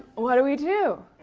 what do we do?